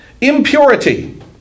Impurity